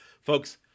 folks